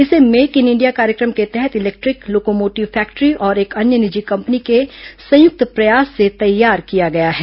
इसे make in India कार्यक्रम के तहत इलेक्ट्रिक लोकोमोटिव फैक्ट्री और एक अन्य निजी कंपनी के संयुक्त प्रयास से तैयार किया गया है